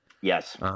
Yes